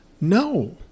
no